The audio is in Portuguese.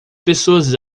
pessoas